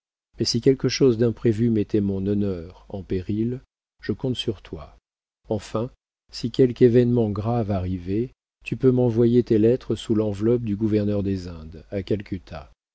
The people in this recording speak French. mais si quelque chose d'imprévu mettait mon honneur en péril je compte sur toi enfin si quelque événement grave arrivait tu peux m'envoyer tes lettres sous l'enveloppe du gouverneur des indes à calcutta